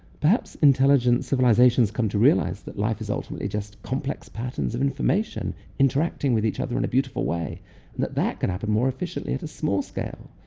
perhaps intelligent civilizations come to realize that life is ultimately just complex patterns of information interacting with each other in a beautiful way, and that that can happen more efficiently at a small scale.